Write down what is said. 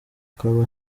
akaba